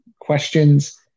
questions